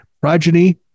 progeny